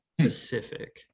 specific